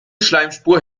schleimspur